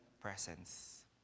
presence